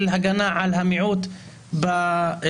ההתקפה הזאת על מערכת המשפט כאילו הם באים משום מקום